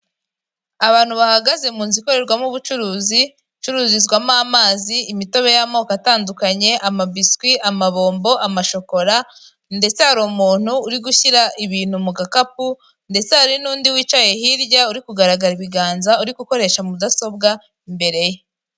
Abantu bahagaze mu nzu ikorerwamo ubucuruzi, icururizwamo amazi, imitobe y'amoko atandukanye, amabiswi, amabombo, amashokora. ndetse hari umuntu uri gushyira ibintu mu gakapu, ndetse hari n'undi wicaye hirya uri kugaragara ibiganza, uri gukoresha mudasobwa imbere ye.